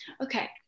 Okay